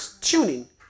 tuning